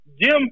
Jim